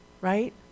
right